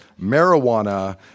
marijuana